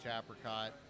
apricot